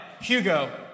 Hugo